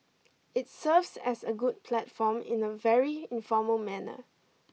it serves as a good platform in a very informal manner